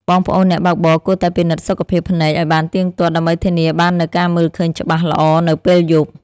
បងប្អូនអ្នកបើកបរគួរតែពិនិត្យសុខភាពភ្នែកឱ្យបានទៀងទាត់ ដើម្បីធានាបាននូវការមើលឃើញច្បាស់ល្អនៅពេលយប់។